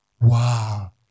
Wow